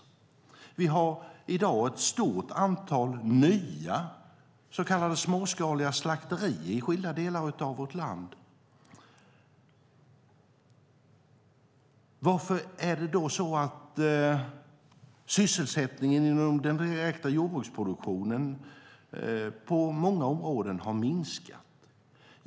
Vi har i dag ett stort antal nya så kallade småskaliga slakterier i skilda delar av vårt land. Varför är det då så att sysselsättningen inom den direkta jordbruksproduktionen på många områden har minskat?